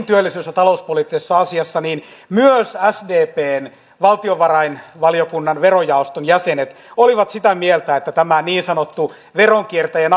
työllisyys ja talouspoliittisessa asiassa että myös sdpn valtiovarainvaliokunnan verojaoston jäsenet olivat sitä mieltä että tämä niin sanottu veronkiertäjän